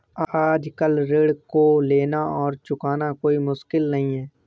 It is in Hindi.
आजकल ऋण को लेना और चुकाना कोई मुश्किल नहीं है